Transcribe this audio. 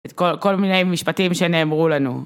את כל מיני משפטים שנאמרו לנו